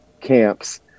camps